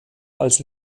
als